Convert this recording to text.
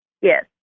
Yes